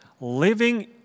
living